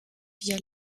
via